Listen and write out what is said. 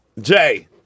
Jay